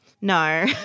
No